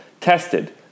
tested